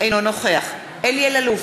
אינו נוכח אלי אלאלוף,